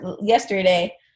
yesterday